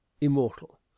immortal